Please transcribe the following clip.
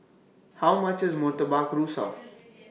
How much IS Murtabak Rusa